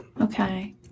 Okay